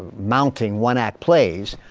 mounting one act plays,